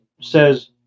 says